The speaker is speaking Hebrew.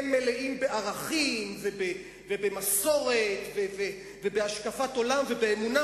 הם מלאים בערכים ובמסורת ובהשקפת עולם ובאמונה,